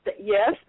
yes